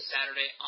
Saturday